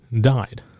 died